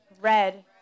Red